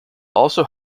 also